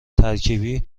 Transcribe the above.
ترکیبی